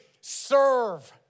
serve